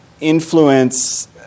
influence